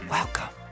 Welcome